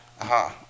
Aha